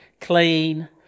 clean